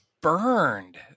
burned